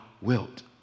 wilt